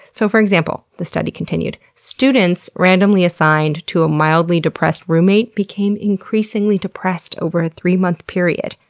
so for example, the study continued students randomly assigned to a mildly depressed roommate became increasingly depressed over a three-month period.